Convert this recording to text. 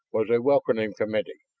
was a welcoming committee